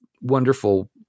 wonderful